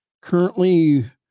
currently